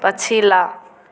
पछीला